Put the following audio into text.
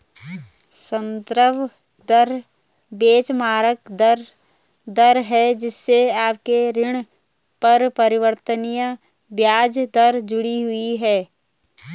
संदर्भ दर बेंचमार्क दर है जिससे आपके ऋण पर परिवर्तनीय ब्याज दर जुड़ी हुई है